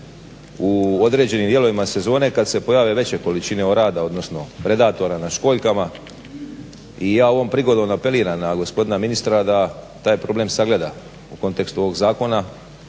u određenim dijelovima sezone kad se pojave veće količine orada odnosno predatora na školjkama i ja ovom prigodom apeliram na gospodina ministra da taj problem sagleda u kontekstu ovog zakona